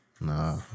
Nah